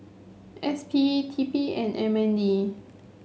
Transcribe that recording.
S P T P and M N D